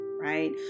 right